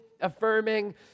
affirming